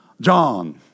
John